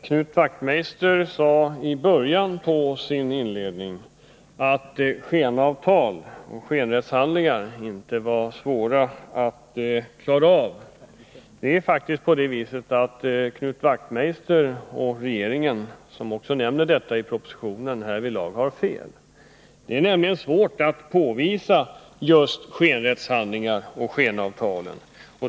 Herr talman! Knut Wachtmeister sade inledningsvis att skenavtal och skenrättshandlingar inte var svåra att klara av. Men det är faktiskt så att Knut Wachtmeister och regeringen, som nämner samma sak i propositionen, härvidlag har fel. Det är nämligen svårt att påvisa just skenrättshandlingar och skenavtal.